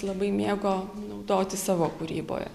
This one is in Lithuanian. labai mėgo naudoti savo kūryboje